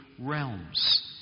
Realms